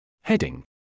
Heading